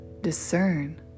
discern